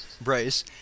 Bryce